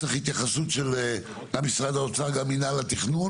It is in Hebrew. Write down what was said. צריך לכך התייחסות של משרד האוצר וגם של מינהל התכנון.